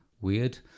weird